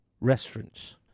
restaurants